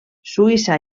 suïssa